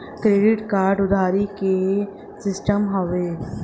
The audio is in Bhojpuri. क्रेडिट एक उधारी के सिस्टम हउवे